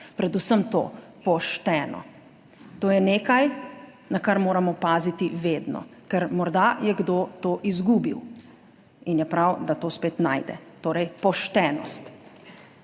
Predvsem to – pošteno. To je nekaj, na kar moramo paziti vedno. Ker morda je kdo to izgubil in je prav, da to spet najde. Torej poštenost.